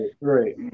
Right